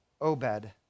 Obed